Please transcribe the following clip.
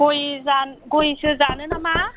गय जानो गयसो जानो नामा